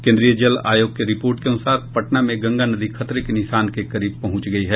केन्द्रीय जल आयोग के रिपोर्ट के अनुसार पटना में गंगा नदी खतरे के निशान के करीब पहुंच गयी है